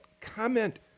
comment